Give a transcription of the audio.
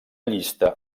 llista